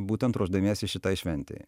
būtent ruošdamiesi šitai šventei